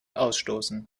ausstoßen